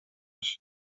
się